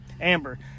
Amber